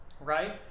right